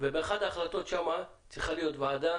באחת ההחלטות שם צריכה להיות ועדת